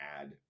add